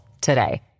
today